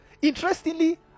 interestingly